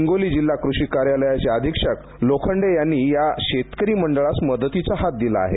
हिंगोली जिल्हा कृषी कार्यालयाचे अधीक्षक श्री लोखंडे यांनी या शेतकरी मंडळास मदतीचा हात दिला आहे